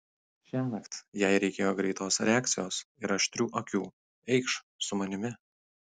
šiąnakt jai reikėjo greitos reakcijos ir aštrių akių eikš su manimi